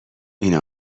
این